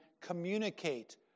communicate